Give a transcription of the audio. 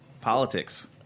politics